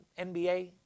NBA